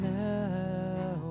now